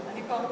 אני פה.